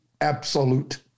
absolute